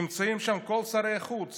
נמצאים שם כל שרי החוץ